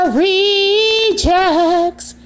rejects